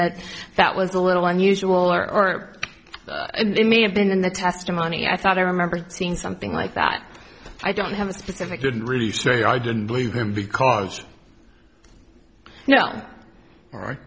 that that was a little unusual or it may have been in the testimony i thought i remember seeing something like that i don't have a specific didn't really say i didn't believe him because no one